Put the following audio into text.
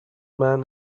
man